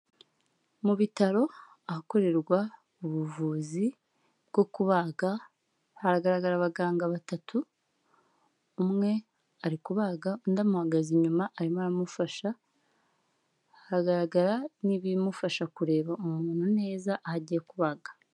Mu bitaro ahakorerwa ubuvuzi bwo kubaga haragaragara abaganga batatu, umwe ari kubaga undi amuhagaza inyuma arimo aramufasha, hagaragara n'ibimufasha kureba umuntu neza aho agiye kubaga.